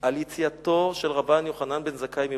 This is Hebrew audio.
על יציאתו של רבן יוחנן בן זכאי מירושלים,